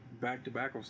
back-to-back